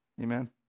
Amen